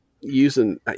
using